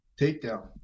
Takedown